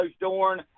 Dorn